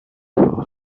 for